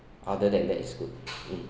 other than that it's good mm